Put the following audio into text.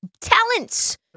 talents